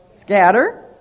scatter